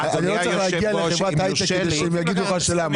כי הם לא יודעים לבדוק את הסיכונים של אותה חברה.